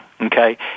okay